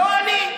לא אני.